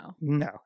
no